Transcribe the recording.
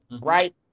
Right